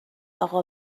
اقا